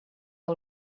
que